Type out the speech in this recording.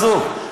עזוב.